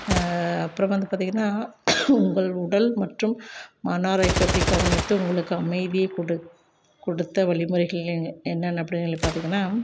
அப்புறம் வந்து பார்த்திங்கன்னா உங்கள் உடல் மற்றும் மன ஆரோக்கியத்தை கவனித்து உங்களுக்கு அமைதியை கொடுத் கொடுத்த வழிமுறைகளை என்னென்ன அப்படினுகள் பார்த்திங்கன்னா